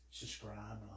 subscribe